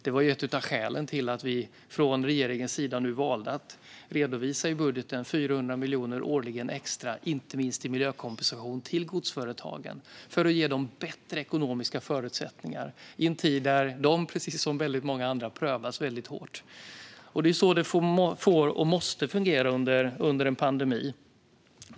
Detta var ett av skälen till att vi i regeringen valde att i budgeten redovisa 400 miljoner extra årligen, inte minst i miljökompensation, till godsföretagen för att ge dem bättre ekonomiska förutsättningar i en tid då de, precis som många andra, prövas hårt. Det är så det måste fungera under en pandemi.